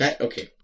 Okay